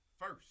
first